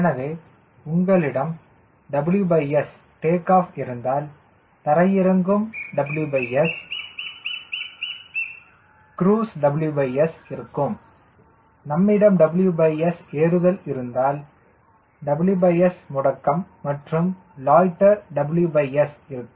எனவே உங்களிடம் WS take off இருந்தால் தரையிறங்கும் WS WS க்ரூஸ் இருக்கும் நம்மிடம் WS ஏறுதல் இருந்தால் WS முடுக்கம் மற்றும் லோயிட்டர் இருக்கும்